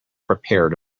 prepared